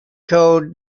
code